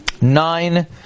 nine